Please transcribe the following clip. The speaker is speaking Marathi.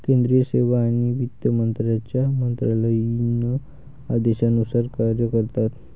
केंद्रीय सेवा आणि वित्त मंत्र्यांच्या मंत्रालयीन आदेशानुसार कार्य करतात